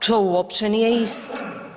To uopće nije isto.